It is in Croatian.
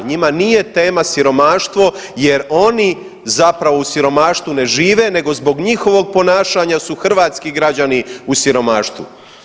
Njima nije tema siromaštvo jer oni zapravo u siromaštvu ne žive nego zbog njihovog ponašanja su hrvatski građani u siromaštvu.